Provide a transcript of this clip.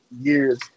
years